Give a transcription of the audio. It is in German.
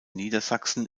niedersachsen